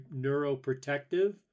neuroprotective